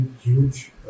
huge